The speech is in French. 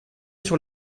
sur